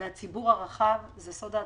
והציבור הרחב זה סוד ההצלחה.